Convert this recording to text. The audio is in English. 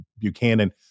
Buchanan